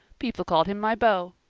people called him my beau.